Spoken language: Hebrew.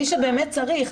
מי שבאמת צריך.